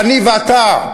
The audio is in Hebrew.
כשאני ואתה,